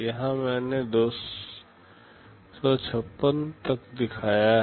यहाँ मैंने 256 तक दिखाया है